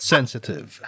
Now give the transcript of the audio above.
Sensitive